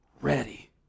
ready